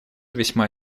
весьма